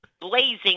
blazing